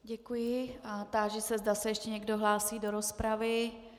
Děkuji a táži se, zda se ještě někdo hlásí do rozpravy.